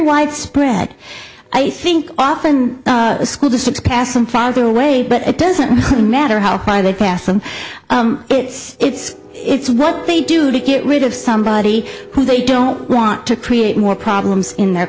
widespread i think often school districts kassam farther away but it doesn't matter how high they pass them it's it's it's what they do to get rid of somebody who they don't want to create more problems in their